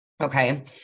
Okay